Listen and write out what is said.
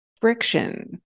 friction